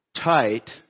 tight